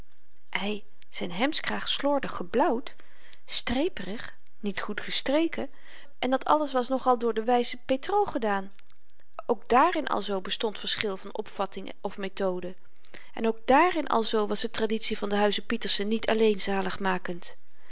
ei zyn hemdskraag slordig geblauwd streeperig niet goed gestreken en dat alles was nogal door de wyze petr gedaan ook dààrin alzoo bestond verschil van opvatting of methode en ook dààrin alzoo was de traditie van den huize pieterse niet alleen zaligmakend